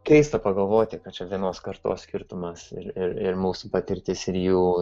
keista pagalvoti kad čia vienos kartos skirtumas ir ir mūsų patirtis ir jų